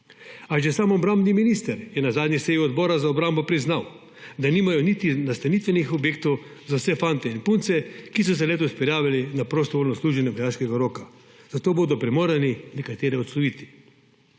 A že sam obrambni minister je na zadnji seji Odbora za obrambo priznal, da nimajo niti nastanitvenih objektov za vse fante in punce, ki so se letos prijavili na prostovoljno služenje vojaškega roka, zato bodo primorani nekatere odsloviti.